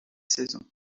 saison